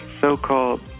so-called